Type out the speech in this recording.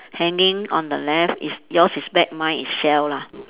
hanging on the left is yours is bag mine is shell lah